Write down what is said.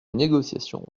négociations